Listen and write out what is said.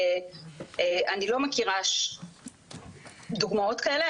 אני לא מכירה דוגמאות כאלה,